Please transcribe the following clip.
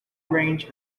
range